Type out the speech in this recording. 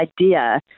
idea